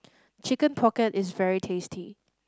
Chicken Pocket is very tasty